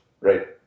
right